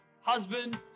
Husband